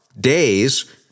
days